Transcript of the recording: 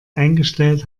eingestellt